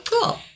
cool